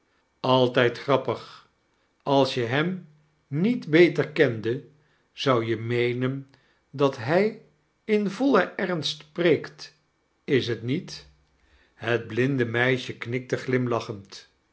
altijd grappig als je hem niet beter kende zqu je meenen dat hij in vollen emst spreekt is t niet het blinde meisje knikte glimlachend